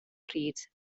pryd